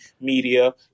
media